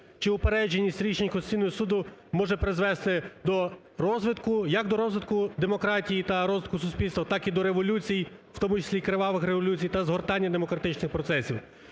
чи упередженість рішень Конституційного Суду може призвести до розвитку, як до розвитку демократії та розвитку суспільства, так і до революцій, в тому числі кривавих революцій та згортання демократичних процесів.